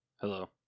Hello